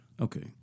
Okay